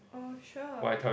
oh sure